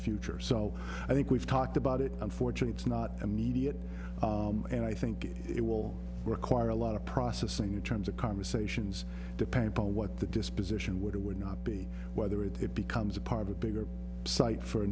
future so i think we've talked about it unfortunates not immediate and i think it will require a lot of processing in terms of conversations depending upon what the disposition would or would not be whether it becomes a part of a bigger site for